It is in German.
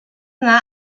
nah